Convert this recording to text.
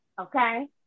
okay